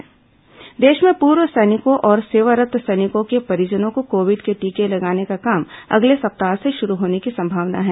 corona टीकाकरण पूर्व सैनिक देश में पूर्व सैनिकों और सेवारत् सैनिकों के परिजनों को कोविड के टीके लगाने का काम अगले सप्ताह से शुरू होने की संभावना है